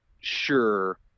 sure